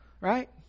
right